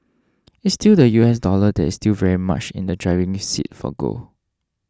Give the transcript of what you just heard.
it's still the US dollar that is still very much in the driving seat for gold